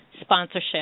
sponsorship